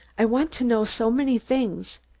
i want to know so many things.